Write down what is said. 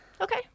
Okay